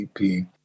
EP